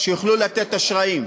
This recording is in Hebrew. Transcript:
שיוכלו לתת אשראי,